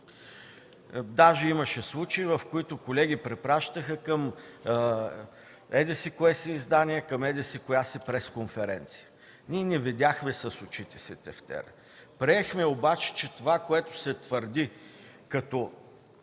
Даже имаше случаи, в които колеги препращаха към еди-кое си издание, към еди-коя си пресконференция. Ние не видяхме с очите си тефтера. Приехме обаче, че това, което се твърди като